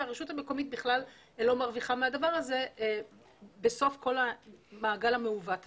והרשות המקומית בכלל לא מרוויחה מהדבר הזה בסוף כל המעגל המעוות הזה.